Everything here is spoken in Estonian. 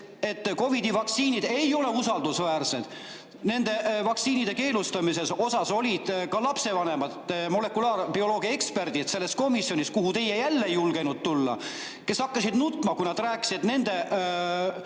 et COVID-i vaktsiinid ei ole usaldusväärsed. Nende vaktsiinide keelustamise [arutelul] olid ka lapsevanemad, molekulaarbioloogiaeksperdid selles komisjonis, kuhu teie jälle ei julgenud tulla, kes hakkasid nutma, kui nad rääkisid, et nende